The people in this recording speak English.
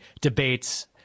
debates